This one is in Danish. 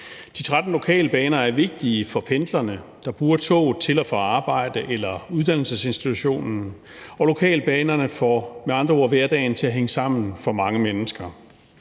De 13 lokalbaner er vigtige for pendlerne, der bruger toget til og fra arbejde eller uddannelsesinstitutionen, og lokalbanerne får med andre ord hverdagen til at hænge sammen for mange mennesker.